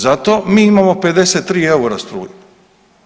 Zato mi imamo 53 eura struju.